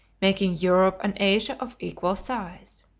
making europe and asia of equal size.